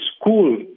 school